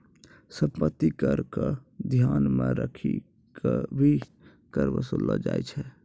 सम्पत्ति कर क ध्यान मे रखी क भी कर वसूललो जाय छै